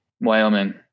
Wyoming